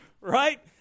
right